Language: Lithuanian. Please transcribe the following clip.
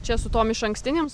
čia su tom išankstinėms